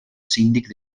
síndic